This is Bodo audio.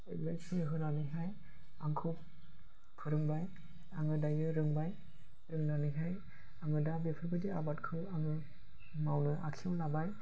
एडभाइसखौ होनानैहाय आंखौ फोरोंबाय आङो दायो रोंबाय रोंनानैहाय आङो दा बेफोरबायदि आबादखौ आङो मावनो आखायाव लाबाय